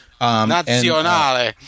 Nazionale